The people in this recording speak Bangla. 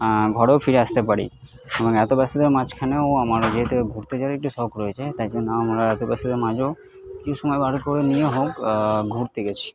ঘরেও ফিরে আসতে পারি এবং এত ব্যস্ততার মাঝখানেও আমার যেহেতু ঘুরতে যাওয়ার একটু শখ রয়েছে তাই জন্য আমরা এত ব্যস্ততার মাঝেও কিছু সময় বার করে নিয়েও হোক ঘুরতে গেছি